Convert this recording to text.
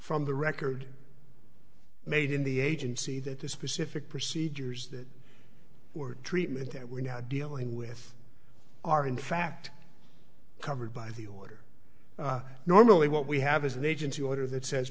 from the record made in the agency that the specific procedures that were treatment that we're now dealing with are in fact covered by the order normally what we have is an agency order that says